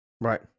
Right